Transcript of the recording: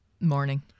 Morning